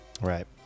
Right